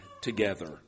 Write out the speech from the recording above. together